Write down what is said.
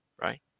Right